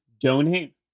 donate